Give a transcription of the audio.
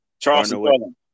Charleston